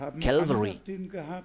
Calvary